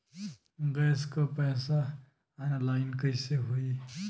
Gas क पैसा online कइसे होई?